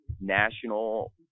national –